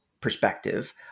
perspective